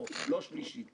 שאין לי ספק